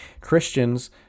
Christians